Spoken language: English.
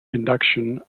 induction